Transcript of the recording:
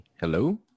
Hello